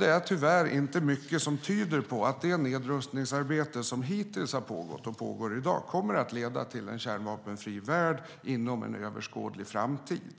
Det är tyvärr inte mycket som tyder på att det nedrustningsarbete som hittills har pågått och pågår i dag kommer att leda till en kärnvapenfri värld inom en överskådlig framtid.